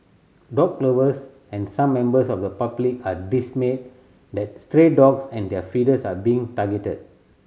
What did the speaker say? dog lovers and some members of the public are dismayed that stray dog and their feeders are being targeted